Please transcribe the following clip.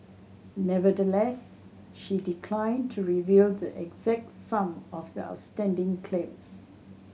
nevertheless she declined to reveal the exact sum of the outstanding claims